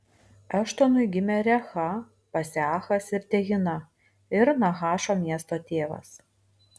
eštonui gimė recha paseachas ir tehina ir nahašo miesto tėvas